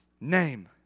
name